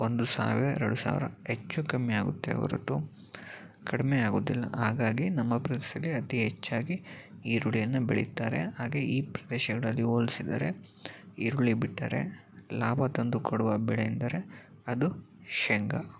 ಒಂದು ಸಾವಿರ ಎರಡು ಸಾವಿರ ಹೆಚ್ಚು ಕಮ್ಮಿ ಆಗುತ್ತೆ ಹೊರತು ಕಡಿಮೆಯಾಗುವುದಿಲ್ಲ ಹಾಗಾಗಿ ನಮ್ಮ ಪ್ರದೇಶದಲ್ಲಿ ಅತೀ ಹೆಚ್ಚಾಗಿ ಈರುಳ್ಳಿನ ಬೆಳೆಯುತ್ತಾರೆ ಹಾಗೆ ಈ ಪ್ರದೇಶಗಳಲ್ಲಿ ಹೋಲಿಸಿದರೆ ಈರುಳ್ಳಿ ಬಿಟ್ಟರೆ ಲಾಭ ತಂದು ಕೊಡುವ ಬೆಳೆ ಎಂದರೆ ಅದು ಶೇಂಗ